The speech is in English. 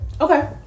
Okay